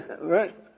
Right